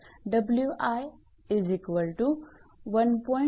तर 𝑊𝑖 1